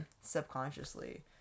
subconsciously